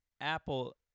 Apple